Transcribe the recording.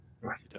right